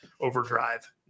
overdrive